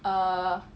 err